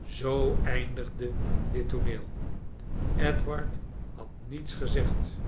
zoo eindigde dit tooneel edward had niets gezegd